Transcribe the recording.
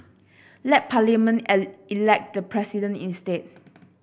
let Parliament elect the President instead